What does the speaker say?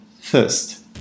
first